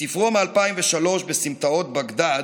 בספרו מ-2003 "בסמטאות בגדאד"